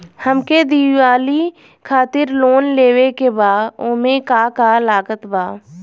हमके दिवाली खातिर लोन लेवे के बा ओमे का का लागत बा?